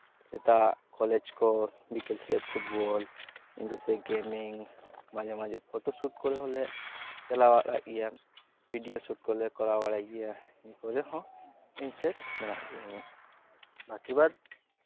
ᱥᱮᱛᱟᱜ ᱠᱚᱞᱮᱡᱽ ᱠᱚ ᱵᱤᱠᱮᱞ ᱥᱮᱫ ᱯᱷᱩᱴᱵᱚᱞ ᱤᱧ ᱫᱚ ᱥᱮᱭ ᱜᱮᱢᱤᱝ ᱢᱟᱡᱷᱮ ᱢᱟᱡᱷᱮ ᱯᱷᱳᱴᱳᱥᱩᱴ ᱠᱚᱨᱮ ᱦᱚᱸᱞᱮ ᱪᱟᱞᱟᱣ ᱵᱟᱲᱟᱜ ᱜᱮᱭᱟ ᱵᱷᱤᱰᱤᱭᱳ ᱥᱩᱴ ᱠᱚᱞᱮ ᱠᱚᱨᱟᱣ ᱵᱟᱲᱟᱭ ᱜᱮᱭᱟ ᱱᱤᱭᱟᱹ ᱠᱚᱨᱮᱫ ᱦᱚᱸ ᱤᱱᱴᱨᱮᱥᱴ ᱢᱮᱱᱟᱜ ᱜᱮᱭᱟ ᱤᱧᱟᱹᱜ ᱵᱟᱹᱠᱤ ᱵᱟᱫᱽ